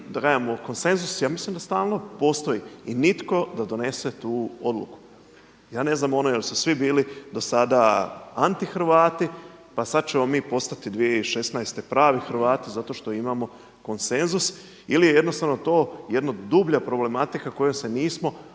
zbrajamo konsenzus ja mislim da stalno postoji i nitko da donese tu odluku. Ja ne znam ono jel su svi bili dosada antihrvati pa sad ćemo mi postati 2016. pravi Hrvati zato što imamo konsenzus ili je jednostavno to jedna dublja problematika kojom se nismo dovoljno